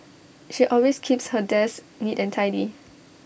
she always keeps her desk neat and tidy